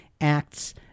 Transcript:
Acts